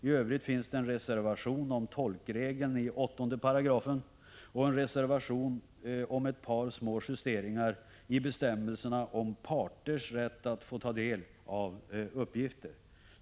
I övrigt finns en reservation om tolkregeln i 8 § och en reservation om ett par små justeringar i bestämmelserna om parters rätt att få ta del av uppgifter.